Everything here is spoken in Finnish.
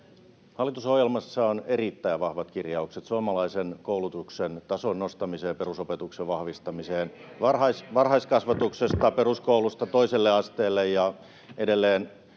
Hallitusohjelmassa on erittäin vahvat kirjaukset suomalaisen koulutuksen tason nostamiseen ja perusopetuksen vahvistamiseen varhaiskasvatuksesta, peruskoulusta toiselle asteelle ja edelleen